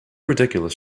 ridiculous